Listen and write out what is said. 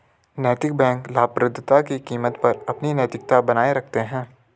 नैतिक बैंक लाभप्रदता की कीमत पर अपनी नैतिकता बनाए रखते हैं